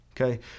Okay